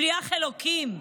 שליח אלוקים.